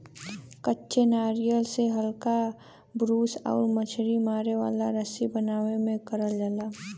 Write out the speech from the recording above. कच्चे नारियल से हल्का ब्रूस आउर मछरी मारे वाला रस्सी बनावे में करल जाला